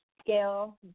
scale